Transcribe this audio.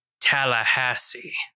Tallahassee